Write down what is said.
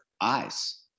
eyes